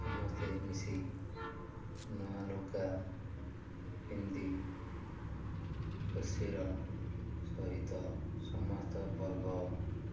ସମସ୍ତେ ମିଶି ନୂଆ ଲୁଗା ପିନ୍ଧି ଖୁସିର ସହିତ ସମସ୍ତ ପର୍ବ